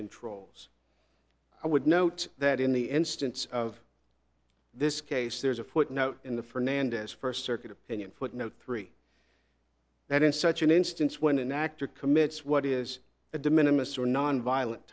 controls i would note that in the instance of this case there's a footnote in the for nand as first circuit opinion footnote three that in such an instance when an actor commits what is a de minimus or nonviolent